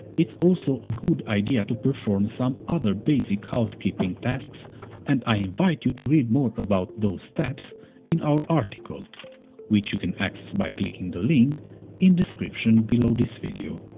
it's also a good idea to perform some other basic housekeeping tasks and i invite you to read more about those steps in our article wich you can access by clicking the link in description below this video.